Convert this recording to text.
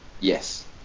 Yes